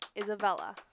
Isabella